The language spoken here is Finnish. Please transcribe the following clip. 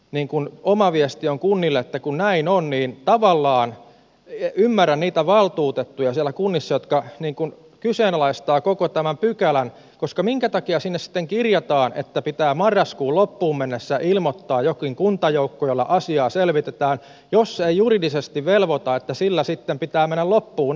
siten oma viesti on kunnille että kun näin on niin tavallaan ymmärrän niitä valtuutettuja siellä kunnissa jotka kyseenalaistavat koko tämän pykälän koska minkä takia sinne sitten kirjataan että pitää marraskuun loppuun mennessä ilmoittaa jokin kuntajoukko jolla asiaa selvitetään jos se ei juridisesti velvoita että sillä sitten pitää mennä loppuun asti